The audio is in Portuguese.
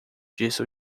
disse